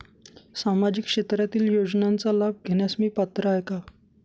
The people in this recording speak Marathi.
सामाजिक क्षेत्रातील योजनांचा लाभ घेण्यास मी पात्र आहे का?